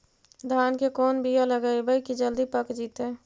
धान के कोन बियाह लगइबै की जल्दी पक जितै?